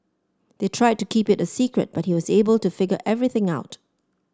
they tried to keep it a secret but he was able to figure everything out